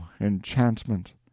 enchantment